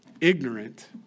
ignorant